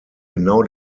genau